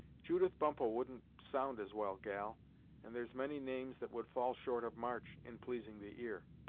judith bumppo wouldn't sound as well, gal and there's many names that would fall short of march, in pleasing the ear.